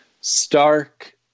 stark